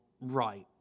right